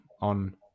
on